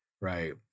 right